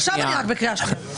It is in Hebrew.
עכשיו אני רק בקריאה שנייה.